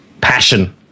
passion